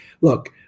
look